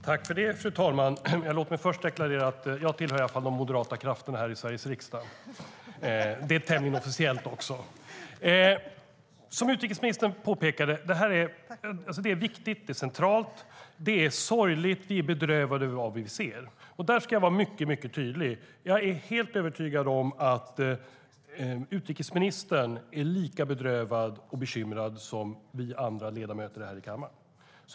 Som utrikesministern påpekade: Detta är viktigt, det är centralt och det är sorgligt. Vi är bedrövade över vad vi ser. Där ska jag vara mycket tydlig: Jag är helt övertygad om att utrikesministern är lika bedrövad och bekymrad som vi andra ledamöter här i kammaren.